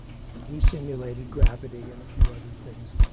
he simulated gravity and a few other things.